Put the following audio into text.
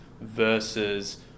versus